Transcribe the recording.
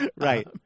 right